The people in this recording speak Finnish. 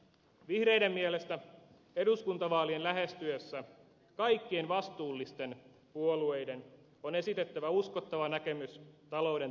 vihreiden mielestä eduskuntavaalien lähestyessä kaikkien vastuullisten puolueiden on esitettävä uskottava näkemys talouden tasapainottamisesta